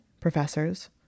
Professors